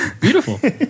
beautiful